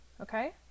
Okay